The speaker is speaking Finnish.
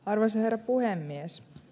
arvoisa herra puhemies